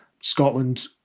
Scotland